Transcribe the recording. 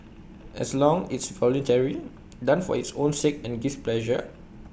as long it's voluntary done for its own sake and gives pleasure